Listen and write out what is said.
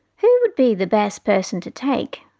who would be the best person to take?